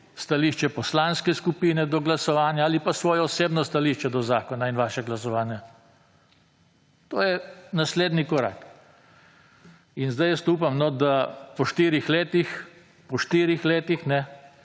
stališče poslanske skupine do glasovanja ali pa svoje osebno stališče do zakona in vašega glasovanja. To je naslednji korak. Jaz upam, da po štirih letih vsaj tisti, ki